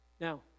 Now